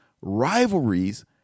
rivalries